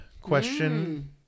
question